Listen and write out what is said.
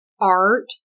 art